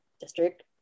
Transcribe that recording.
District